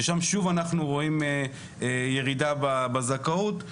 ששם אנחנו רואים ירידה בזכאות.